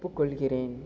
ஒப்புக்கொள்கிறேன்